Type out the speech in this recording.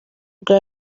rwa